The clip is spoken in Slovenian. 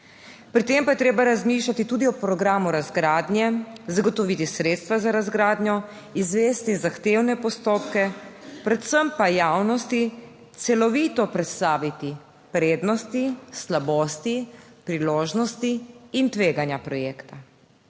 Pri tem pa je treba razmišljati tudi o programu razgradnje, zagotoviti sredstva za razgradnjo, izvesti zahtevne postopke, predvsem pa javnosti celovito predstaviti prednosti, slabosti, priložnosti in tveganja projekta.